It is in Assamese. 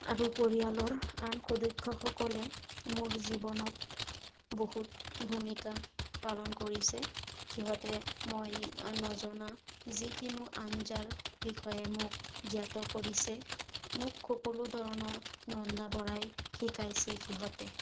আৰু পৰিয়ালৰ আন সদস্যসকলে মোৰ জীৱনত বহুত ভূমিকা পালন কৰিছে সিহঁতে মই নজনা যিকোনো আঞ্জাৰ বিষয়ে মোক জ্ঞাত কৰিছে মোক সকলো ধৰণৰ ৰন্ধা বঢ়াই শিকাইছে সিহঁতে